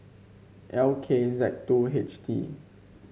L K Z two H T